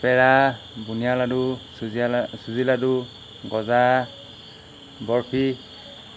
পেৰা বুন্দিয়া লাডু চুজীয়া চুজি লাডু গজা বৰ্ফি